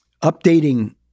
updating